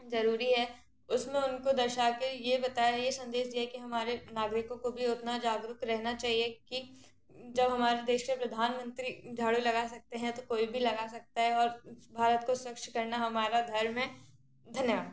ज़रूरी है उसमें उनको दर्शा के ये बताया है ये सन्देश दिया है कि हमारे नागरिकों को भी उतना जागरूक रहना चाहिए कि जब हमारे देश के प्रधानमंत्री झाड़ू लगा सकते हैं तो कोई भी लगा सकता है और भारत को स्वच्छ करना हमारा धर्म है धन्यवाद